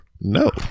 No